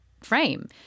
frame